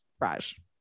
Raj